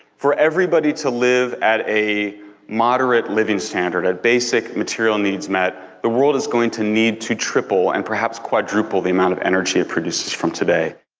for everybody to live at a moderate living standard, a basic material-needs-met, the world is going to need to triple, and perhaps quadruple the amount of energy it produces from today.